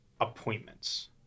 appointments